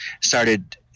started